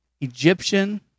Egyptian